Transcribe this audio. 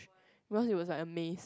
because it was like a maze